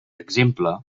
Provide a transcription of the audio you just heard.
exemple